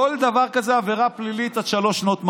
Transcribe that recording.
כל דבר כזה, עבירה פלילית עד שלוש שנות מאסר,